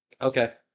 Okay